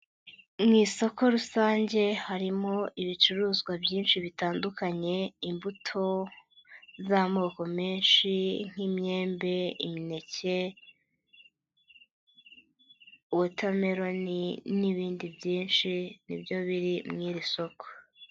Mu isoko rusange harimo ibicuruzwa byinshi bitandukanye imbuto z'amoko menshi nk'imyembe, imineke, watermelon n'ibindi byinshi ni byo biri mu iri soko.